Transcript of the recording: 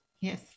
Yes